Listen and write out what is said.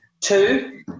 Two